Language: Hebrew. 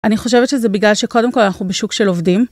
אני חושבת שזה בגלל שקודם כל אנחנו בשוק של עובדים.